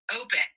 Open